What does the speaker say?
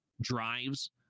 drives